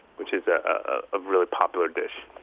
which is a really popular dish.